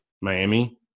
Miami